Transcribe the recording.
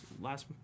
last